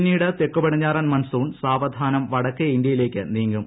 പിന്നീട് തെക്കു പടിഞ്ഞാറൻ മൺസൂൺ സാവധാനം വടക്കേ ഇന്ത്യയിലേയ്ക്ക് നീങ്ങും